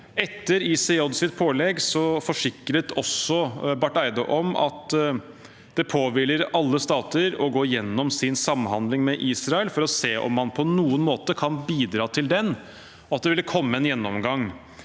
Etter ICJs pålegg forsikret også utenriksminister Barth Eide om at det påhviler alle stater å gå gjennom sin samhandling med Israel for å se om man på noen måte kan bidra til den, og at det ville komme en gjennomgang.